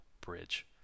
bridge